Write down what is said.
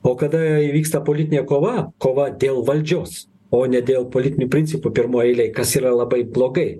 o kada įvyksta politinė kova kova dėl valdžios o ne dėl politinių principų pirmoj eilėj kas yra labai blogai